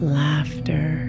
laughter